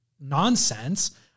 nonsense